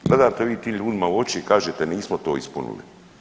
Gledate vi tim ljudima u oči i kažete nismo to ispunili?